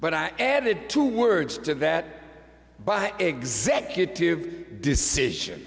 but i added two words to that by executive decision